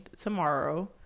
tomorrow